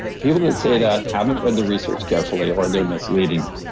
people that say that haven't read the research carefully or they're misleading you.